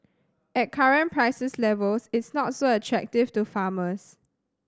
at current prices levels it's not so attractive to farmers